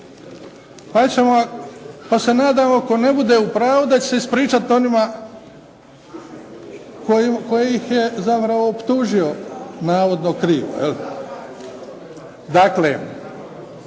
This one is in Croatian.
Pa se nadamo tko ne bude u pravu da će se ispričati onima kojih je zapravo optužio navodno kriv. Dakle,